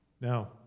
Now